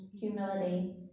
humility